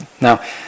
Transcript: Now